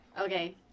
Okay